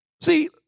See